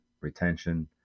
retention